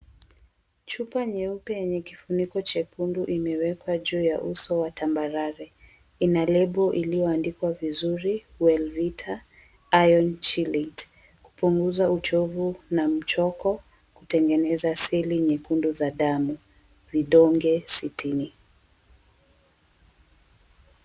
Chupa nyeupe yenye kifuniko chekundu imewekwa juu ya uso wa tambarare, ina lebo iliyoandikwa vizuri "Wellvita, IRON CHELATE kupunduza mchoko kutengeneza seli nyekundu za damu, vidonge sitini"